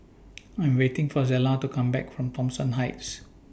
I'm waiting For Zella to Come Back from Thomson Heights